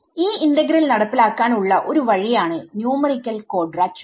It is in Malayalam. ഈ ഇന്റഗ്രൽ നടപ്പിലാക്കാൻ ഉള്ള ഒരു വഴിയാണ് ന്യൂമറിക്കൽ ക്വാഡ്രാച്വർ